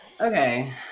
Okay